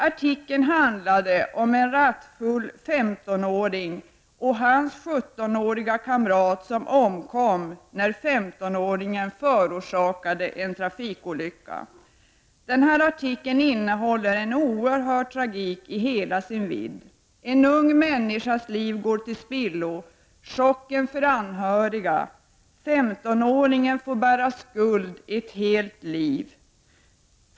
Artikeln handlade om en rattfull 15-åring och hans 17-åriga kamrat som omkom när 15-åringen förorsakade en trafikolycka. Denna artikel innehåller en oerhörd tragik i hela dess vidd: en ung människas liv går till spillo, chocken för de anhöriga och 15-åringen får bära skuld i ett helt liv.